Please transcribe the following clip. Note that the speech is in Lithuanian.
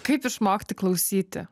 kaip išmokti klausyti